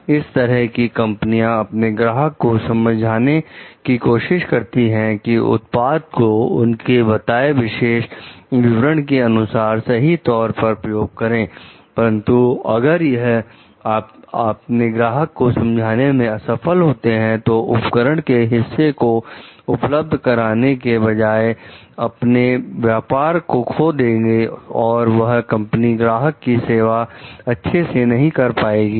" इस तरह की कंपनियां अपने ग्राहक को समझाने की कोशिश करती हैंकि उत्पाद को उसके बताएं विशेष विवरण के अनुसार सही तौर पर प्रयोग करें परंतु अगर वह अपने ग्राहक को समझाने में असफल होते हैं तो उपकरण के हिस्से को उपलब्ध कराने के बजाए अपने व्यापार खो देंगेऔर वह कंपनी ग्राहक की सेवा अच्छे से नहीं कर पाएगी